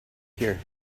here